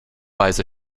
buys